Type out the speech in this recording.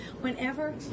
whenever